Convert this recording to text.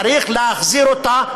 צריך להחזיר אותה.